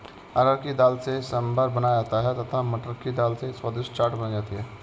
अरहर की दाल से सांभर बनाया जाता है तथा मटर की दाल से स्वादिष्ट चाट बनाई जाती है